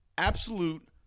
absolute